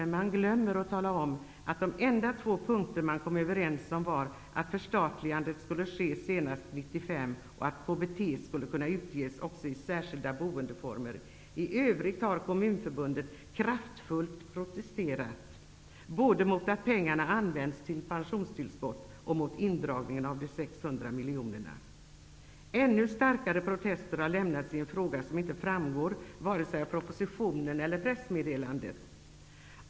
Men man glömmer att tala om att de enda två punkter man kom överens om var att förstatligandet skulle ske senast 1995 och att KBT skulle kunna utges också i särskilda boendeformer. I övrigt har Kommunförbundet kraftfullt protesterat både mot att pengarna används till pensionstillskott och mot indragningen av de 600 miljonerna. Ännu starkare protester har lämnats i en fråga som inte framgår vare sig av propositionen eller pressmeddelandet.